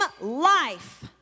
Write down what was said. life